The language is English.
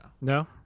No